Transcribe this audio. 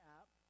app